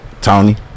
Tony